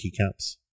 keycaps